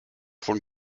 von